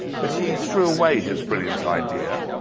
but he threw away his brilliant idea